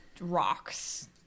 rocks